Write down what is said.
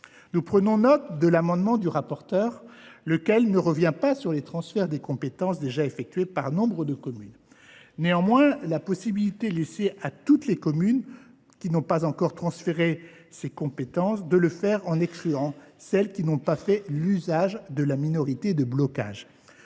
Nous prenons note de l’amendement du rapporteur, lequel ne revient pas sur les transferts de compétences déjà effectués par nombre de communes. Néanmoins, la possibilité laissée à toutes les communes qui n’ont pas encore transféré ces compétences de le faire, en excluant celles qui n’ont pas fait l’usage de la minorité de blocage